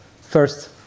First